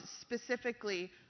specifically